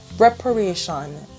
Reparation